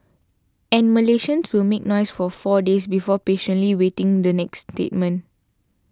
and Malaysians will make noise for four days before patiently waiting the next statement